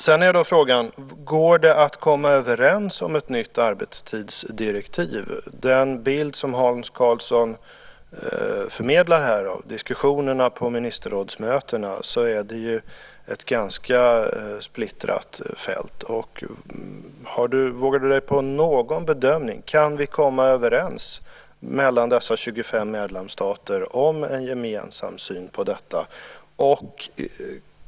Sedan är frågan: Går det att komma överens om ett nytt arbetstidsdirektiv? Den bild som Hans Karlsson förmedlar här av diskussionerna på ministerrådsmötena visar ett ganska splittrat fält. Vågar du dig på någon bedömning: Kan vi komma överens mellan dessa 25 medlemsstater om en gemensam syn på detta?